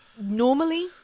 Normally